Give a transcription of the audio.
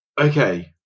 Okay